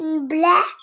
black